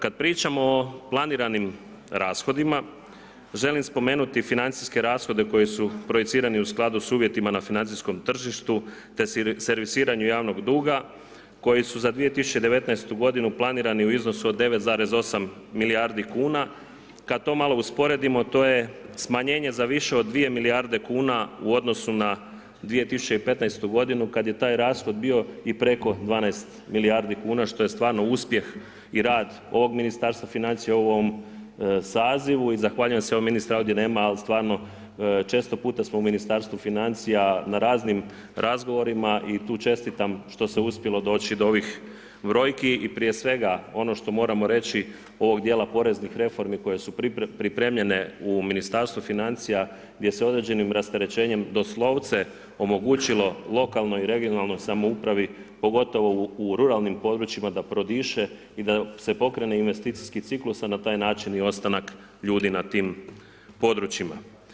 Kad pričamo o planiranim rashodima želim spomenuti financijske rashode koji su projicirani u skladu s uvjetima na financijskom tržištu te servisiranju javnog duga koji su za 2019. godinu planirani u iznosu od 9,8 milijardi kuna, kad to malo usporedimo to je smanjenje za više od 2 milijarde kuna u odnosu na 2015. godinu kad je taj rashod bio i preko 12 milijardi kuna što je stvarno uspjeh i rad ovog Ministarstva financija u ovom sazivu i zahvaljujem se evo ministra ovdje nema al stvarno, često puta smo u Ministarstvu financija na raznim razgovorima i tu čestitam što se uspjelo doći do ovih brojki i prije svega ono što moram reći ovog dijela poreznih reformi koje su pripremljene u Ministarstvu financija gdje se određenim rasterećenjem doslovce omogućilo lokalnoj i regionalnoj samoupravi pogotovo u ruralnim područjima da prodiše i da se pokretne investicijski ciklus a na taj način i ostanak ljudi na tim područjima.